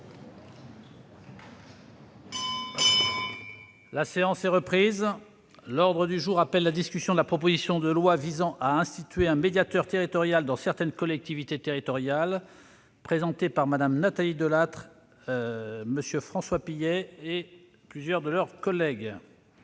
La séance est reprise. L'ordre du jour appelle la discussion de la proposition de loi visant à instituer un médiateur territorial dans certaines collectivités territoriales, présentée par Mme Nathalie Delattre, M. François Pillet et plusieurs de leurs collègues